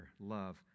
love